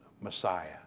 Messiah